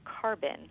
carbon